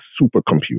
supercomputer